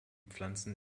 pflanzen